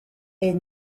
est